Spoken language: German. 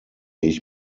ich